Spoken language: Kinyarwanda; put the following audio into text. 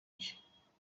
nshya